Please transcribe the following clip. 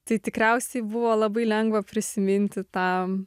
tai tikriausiai buvo labai lengva prisiminti tą